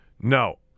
No